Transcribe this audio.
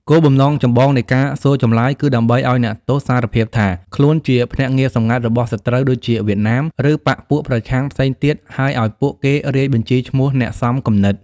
គោលបំណងចម្បងនៃការសួរចម្លើយ គឺដើម្បីឱ្យអ្នកទោសសារភាពថាខ្លួនជាភ្នាក់ងារសម្ងាត់របស់សត្រូវ ដូចជា វៀតណាម ឬបក្សពួកប្រឆាំងផ្សេងទៀត ហើយឱ្យពួកគេរាយបញ្ជីឈ្មោះអ្នកសមគំនិត។